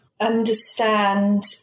understand